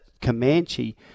Comanche